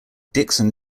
dixon